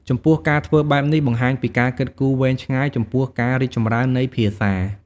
ចំពោះការធ្វើបែបនេះបង្ហាញពីការគិតគូរវែងឆ្ងាយចំពោះការរីកចម្រើននៃភាសា។